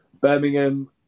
Birmingham